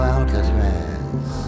Alcatraz